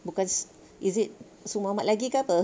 bukan is it semua lagi ke apa